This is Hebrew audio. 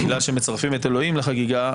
בגלל שמצרפים את אלוהים לחגיגה,